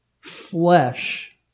flesh